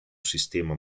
sistema